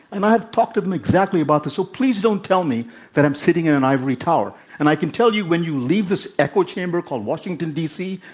and i've talked to them exactly about this. so, please don't tell me that i'm sitting in an ivory tower and i can tell you when you leave this echo chamber called washington d. c.